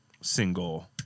single